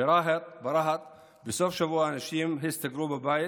ברהט בסוף השבוע אנשים הסתגרו בבית